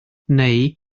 neu